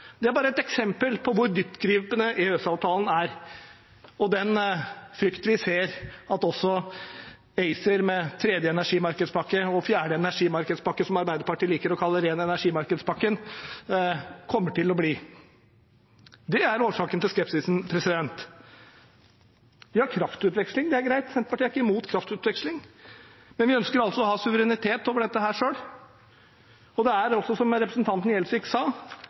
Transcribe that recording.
Det er bare ett eksempel på hvor dyptgripende EØS-avtalen er, og det er en frykt vi ser at også ACER – med tredje energimarkedspakke og fjerde energimarkedspakke, som Arbeiderpartiet liker å kalle ren energi-pakken – kommer til å bli. Det er årsaken til skepsisen. Kraftutveksling er greit, Senterpartiet er ikke imot kraftutveksling, men vi ønsker altså å ha suverenitet over dette selv, og det er som representanten Gjelsvik sa,